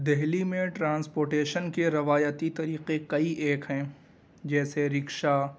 دہلی میں ٹرانسپوٹیشن کے روایتی طریقے کئی ایک ہیں جیسے رکشہ